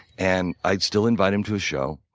and i'd still invite him to a show,